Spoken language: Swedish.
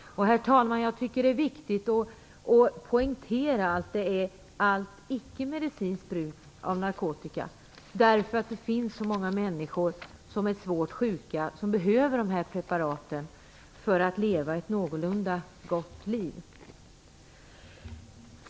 Fru talman! Jag tycker att det är viktigt att poängtera att detta gäller allt icke-medicinskt bruk av narkotika, eftersom det finns så många människor som är svårt sjuka och som behöver dessa preparat för att kunna leva ett någorlunda gott liv.